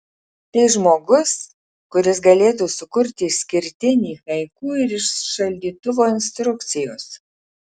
tai žmogus kuris galėtų sukurti išskirtinį haiku ir iš šaldytuvo instrukcijos